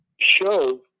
show